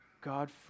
God